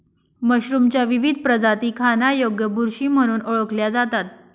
मशरूमच्या विविध प्रजाती खाण्यायोग्य बुरशी म्हणून ओळखल्या जातात